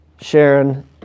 Sharon